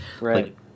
Right